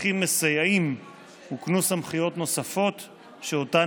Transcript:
כפקחים מסייעים הוקנו סמכויות נוספות שאותן